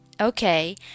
Okay